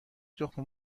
تخم